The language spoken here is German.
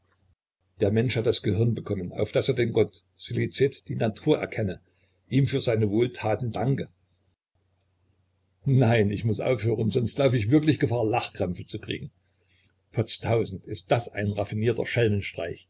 der mensch hat das gehirn bekommen auf daß er den gott scilicet die natur erkenne ihm für seine wohltaten danke nein ich muß aufhören sonst lauf ich wirklich gefahr lachkrämpfe zu kriegen potz tausend ist das ein raffinierter